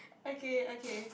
okay okay